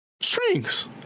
strings